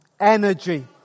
energy